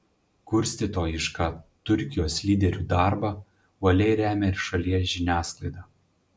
kurstytojišką turkijos lyderių darbą uoliai remia ir šalies žiniasklaida